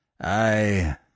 I